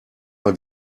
mal